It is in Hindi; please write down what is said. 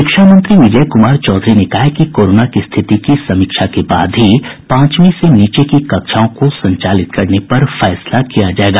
शिक्षा मंत्री विजय कुमार चौधरी ने कहा है कि कोरोना की स्थिति की समीक्षा के बाद ही पांचवी से नीचे की कक्षाओं को संचालित करने पर फैसला किया जायेगा